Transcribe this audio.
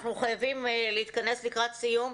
אנחנו חייבים להתכנס לקראת סיום.